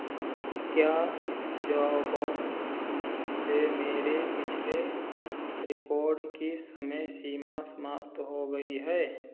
क्या जॉबौंग से मेरे पिछले रिकार्ड के समय सीमा समाप्त हो गई है